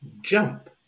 Jump